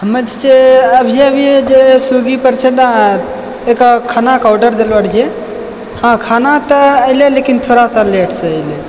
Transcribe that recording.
हमेसे अभिये अभिये जे स्विगीपर जे छै ने एक खानाके ऑर्डर देनो रहियै हँ खाना तऽ अयलै लेकिन थोड़ा सा लेटसँ एलै